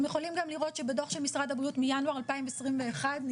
אתם יכולים גם לראות שבדוח של משרד הבריאות מינואר 2021 נכתב: